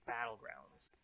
Battlegrounds